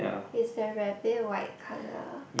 is the rabbit white colour